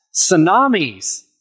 Tsunamis